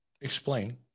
Explain